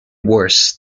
worse